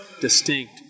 distinct